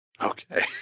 Okay